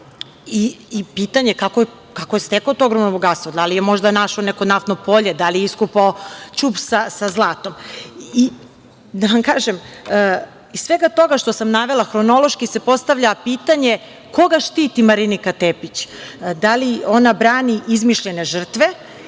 i pitanje je - kako je stekao to ogromno bogatstvo, da li je možda našao neko naftno polje, da li je iskopao ćup sa zlatom? Da vam kažem, iz svega toga što sam navela hronološki se postavlja pitanje – koga štiti Marinika Tepić, da li ona brani izmišljene žrtve